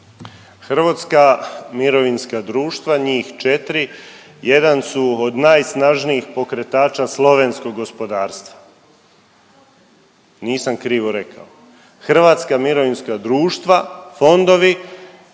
Hrvatska mirovinska društva, njih četiri jedan su od najsnažnijih pokretača slovenskog gospodarstva. Nisam krivo rekao. Hrvatska mirovinska društva, fondovi